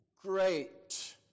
great